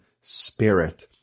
Spirit